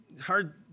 hard